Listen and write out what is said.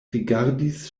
rigardis